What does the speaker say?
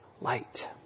light